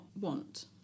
want